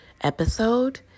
episode